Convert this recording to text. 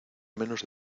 menos